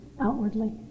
outwardly